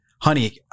honey